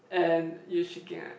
and you shaking ah